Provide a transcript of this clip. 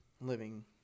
living